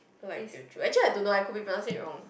like Teochew actually I don't know I could be pronouncing it wrong